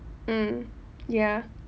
mm ya